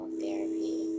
therapy